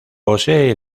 posee